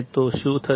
તો શું થશે